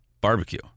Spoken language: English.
barbecue